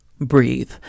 breathe